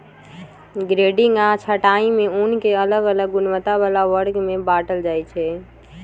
grading आऽ छँटाई में ऊन के अलग अलग गुणवत्ता बला वर्ग में बाटल जाइ छइ